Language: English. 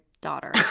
daughter